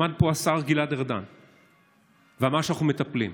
עמד פה השר גלעד ארדן ואמר: אנחנו מטפלים.